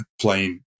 playing